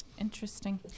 Interesting